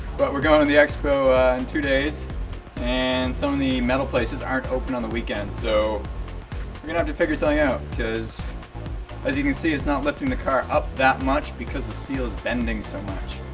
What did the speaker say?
but were going to the expo ah in two days and some of the metal places aren't open on the weekend, so have to figure something out. cause as you can see its not lifting the car up that much because the steel is bending so much.